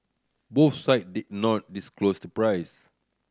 both side did not disclose the price